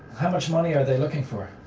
how much money are they looking for?